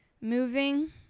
moving